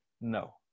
No